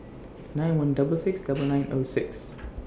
nine one double six double nine O six